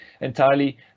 entirely